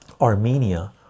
Armenia